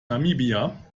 namibia